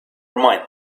mind